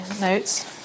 notes